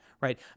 right